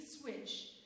switch